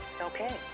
Okay